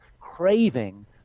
craving